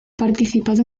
participado